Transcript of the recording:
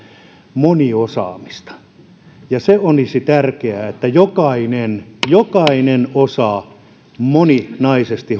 moniosaamista se olisi tärkeää että jokainen jokainen osaa moninaisesti